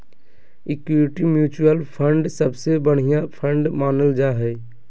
equity mutual fund सबसे बढ़िया fund मानल जा हय